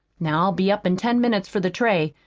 now i'll be up in ten minutes for the tray.